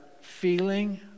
feeling